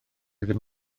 ddim